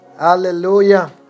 Hallelujah